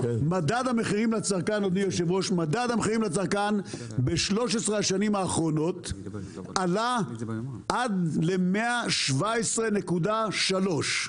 מדד המחירים לצרכן עלה עד ל-117.3.